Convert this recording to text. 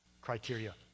criteria